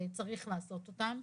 צריך לעשות אותן.